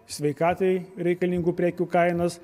sveikatai reikalingų prekių kainas